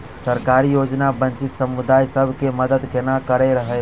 सरकारी योजना वंचित समुदाय सब केँ मदद केना करे है?